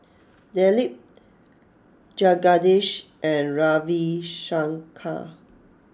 Dilip Jagadish and Ravi Shankar